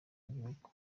w’igihugu